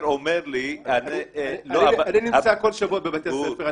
אני נמצא כל שבוע בבתי הספר.